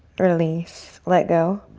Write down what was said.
release, let go.